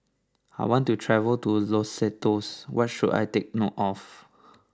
I want to travel to Lesotho what should I take note of